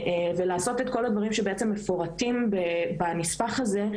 ולעשות את כל הדברים שבעצם מפורטים בנספח הזה.